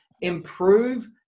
improve